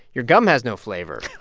your gum has no flavor.